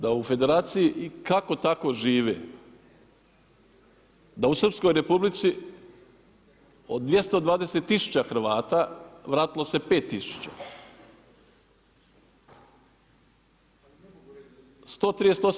Da u Federaciji kako tako žive, da u Srpskoj Republici od 220 tisuća Hrvata vratilo se 5 tisuća.